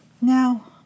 Now